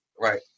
right